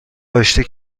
آشتی